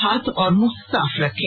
हाथ और मुंह साफ रखें